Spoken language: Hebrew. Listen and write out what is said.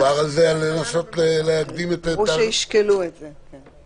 דובר על לנסות להקדים --- אמרו שישקלו את זה.